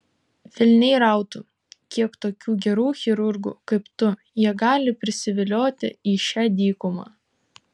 velniai rautų kiek tokių gerų chirurgų kaip tu jie gali prisivilioti į šią dykumą